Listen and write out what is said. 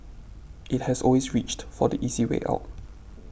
it has always reached for the easy way out